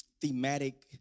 thematic